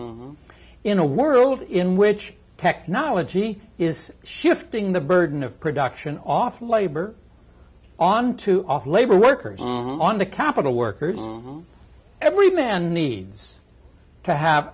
in a world in which technology is shifting the burden of production off labor on to off labor workers on the capital workers every man needs to have